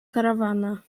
karawana